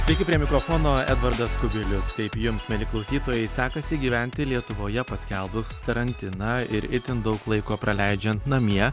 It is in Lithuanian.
sveiki prie mikrofono edvardas kubilius kaip jums mieli klausytojai sekasi gyventi lietuvoje paskelbus karantiną ir itin daug laiko praleidžiant namie